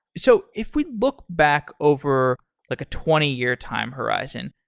so if we'd look back over like a twenty year time horizon,